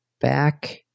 back